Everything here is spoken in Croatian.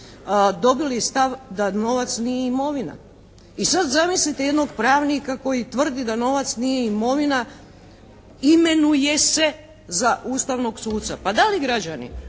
dobili stav da novac nije imovina. I sad zamislite jednog pravnika koji tvrdi da novac nije imovina, imenuje se za ustavnog suca. Pa da li građani